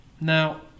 Now